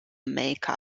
make